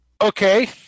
Okay